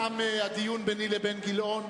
תם הדיון ביני לבין גילאון.